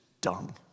dung